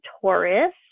Taurus